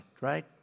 right